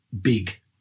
big